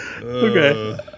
Okay